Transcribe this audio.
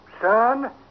Son